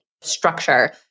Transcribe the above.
structure